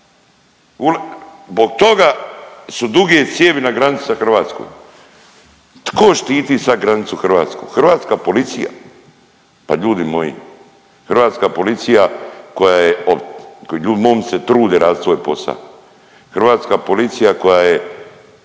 Zbog toga su duge cijevi na granici sa Hrvatskom. Tko štiti sad granicu Hrvatsku? Hrvatska policija. Pa ljudi moji, hrvatska policija koja je, momci se trude radit svoj posa. Hrvatska policija koja je